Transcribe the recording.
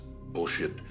bullshit